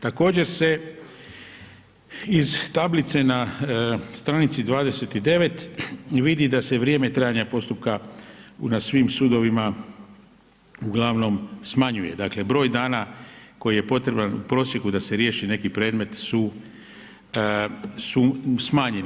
Također se iz tablice na str. 29 vidi da se vrijeme trajanja postupka na svim sudovima uglavnom smanjuje, dakle broj dana koji je potreban u prosjeku da se riješi neki predmet su smanjeni.